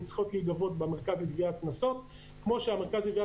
צריכים להיגבות במרכז לגביית קנסות כמו שהמרכז לגביית